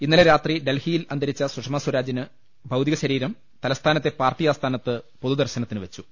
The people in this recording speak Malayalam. ഇന്നലെ രാത്രി ഡൽഹിയിൽ അന്തരിച്ച സുഷമ സ്വരാജിന്റെ ഭൌതിക ശരീരം തല സ്ഥാനത്തെ പാർട്ടി ആസ്ഥാനത്ത് പൊതുദർശനത്തിന് വെച്ചു